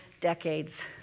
decades